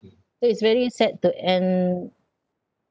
so it's very sad to end